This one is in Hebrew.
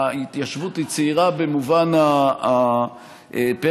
וההתיישבות היא צעירה במובן של פרק